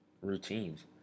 routines